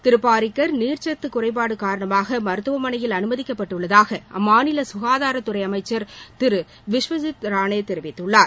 திரு பாரிக்கர் நீர்ச்சத்து குறைபாடு காரணமாக மருத்துவமனையில் அனுமதிக்கப்பட்டுள்ளதாக அம்மாநில சுகாதாரத்துறை அமைச்சர் திரு விஷ்வஜித் ரானே தெரிவித்துள்ளார்